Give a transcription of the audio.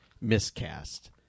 miscast